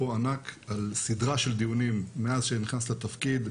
ענק על סדרה של דיונים מאז שנכנסת לתפקיד,